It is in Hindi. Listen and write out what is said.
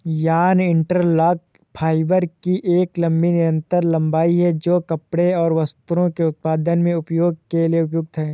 यार्न इंटरलॉक फाइबर की एक लंबी निरंतर लंबाई है, जो कपड़े और वस्त्रों के उत्पादन में उपयोग के लिए उपयुक्त है